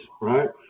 right